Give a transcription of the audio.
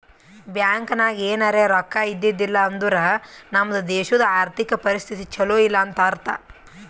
bank ನಾಗ್ ಎನಾರೇ ರೊಕ್ಕಾ ಇದ್ದಿದ್ದಿಲ್ಲ ಅಂದುರ್ ನಮ್ದು ದೇಶದು ಆರ್ಥಿಕ್ ಪರಿಸ್ಥಿತಿ ಛಲೋ ಇಲ್ಲ ಅಂತ ಅರ್ಥ